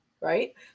Right